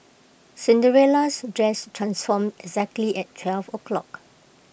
Cinderella's dress transformed exactly at twelve o'clock